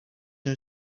new